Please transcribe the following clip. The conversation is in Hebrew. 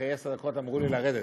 " אחרי עשר דקות אמרו לי לרדת.